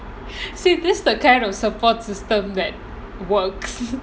she gives the kind of support system that works